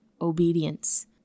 obedience